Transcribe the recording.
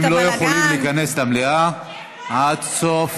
הם לא יכולים להיכנס למליאה עד סוף